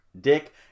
Dick